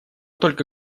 только